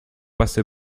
passé